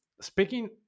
speaking